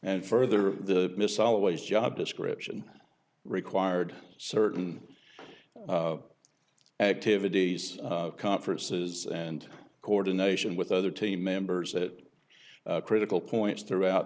and further the misawa ways job description required certain activities conferences and coordination with other team members that are critical points throughout